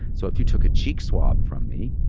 so if you took a cheek swab from me,